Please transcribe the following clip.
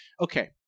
Okay